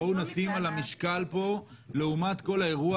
בואו נשים על המשקל פה לעומת כל האירוע